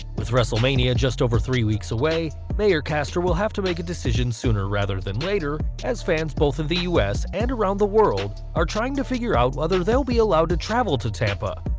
with wrestlemania just over three weeks away, mayor castor will have to make a decision sooner rather than later, as fans both in the u s. and around the world are trying to figure out whether they'll be allowed to travel to tampa,